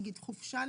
נגיד חופשה למשל,